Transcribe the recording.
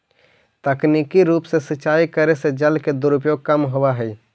तकनीकी रूप से सिंचाई करे से जल के दुरुपयोग कम होवऽ हइ